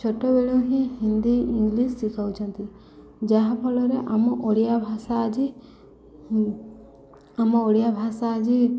ଛୋଟବେଳୁ ହିଁ ହିନ୍ଦୀ ଇଂଲିଶ୍ ଶିଖଉଛନ୍ତି ଯାହାଫଳରେ ଆମ ଓଡ଼ିଆ ଭାଷା ଆଜି ଆମ ଓଡ଼ିଆ ଭାଷା ଆଜି